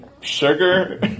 sugar